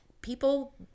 People